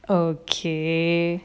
okay